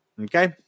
okay